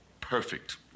perfect